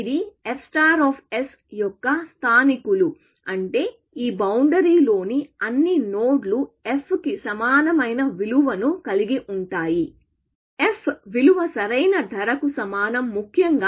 ఇది f యొక్క స్థానికులు అంటే ఈ బౌండరీ లోని అన్ని నోడ్లు fకి సమానమైన విలువను కలిగి ఉంటాయి f విలువ సరైన ధరకు సమానం ముఖ్యంగా